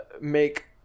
make